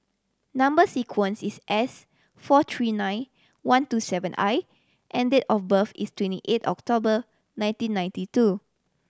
number sequence is S four three nine one two seven I and date of birth is twenty eight October nineteen ninety two